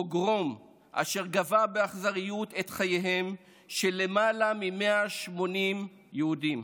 פוגרום אשר גבה באכזריות את חייהם של למעלה מ-180 יהודים,